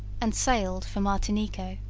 and sailed for martinico.